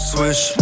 Swish